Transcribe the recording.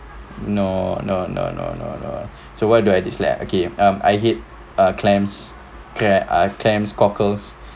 no no no no no uh so what do I dislike okay um I hate uh clams clams uh clams cockles